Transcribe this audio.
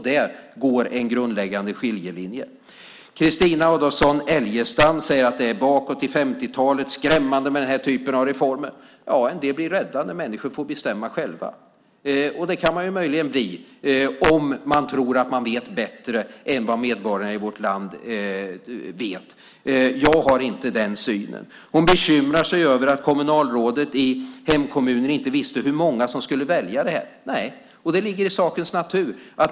Där går en grundläggande skiljelinje. Carina Adolfsson Elgestam säger att detta är att gå bakåt till 50-talet, att det är skrämmande med den här typen av reformer. Ja, en del blir rädda när människor får bestämma själva. Det kan man möjligen bli om man tror att man vet bättre än vad medborgarna i vårt land gör. Jag har inte den synen. Hon bekymrar sig över att kommunalrådet i hemkommunen inte visste hur många som skulle välja det här. Nej, det ligger i sakens natur.